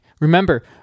remember